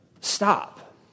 stop